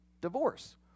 divorce